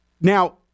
Now